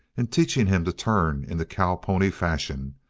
in teaching him to turn in the cow-pony fashion,